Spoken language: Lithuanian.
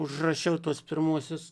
užrašiau tuos pirmuosius